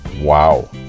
wow